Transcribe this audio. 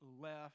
left